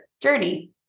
journey